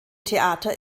theater